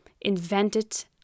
invented